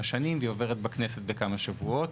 שנים והיא עוברת בכנסת בכמה שבועות,